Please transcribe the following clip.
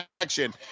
action